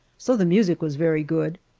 so the music was very good.